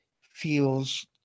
feels